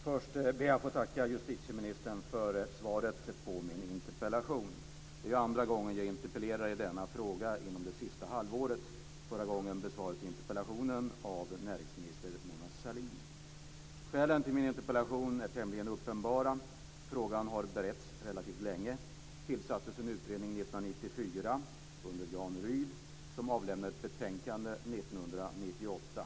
Fru talman! Först vill jag tacka justitieministern för svaret på min interpellation. Det är nu andra gången inom ett halvår som jag interpellerar i den här frågan. Förra gången besvarades interpellationen av näringsminister Mona Sahlin. Skälen till min interpellation är tämligen uppenbara. Frågan har beretts relativt länge. Det tillsattes en utredning 1994 under ledning av Jan Rydh. Utredningen avlämnade sitt betänkande 1998.